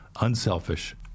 unselfish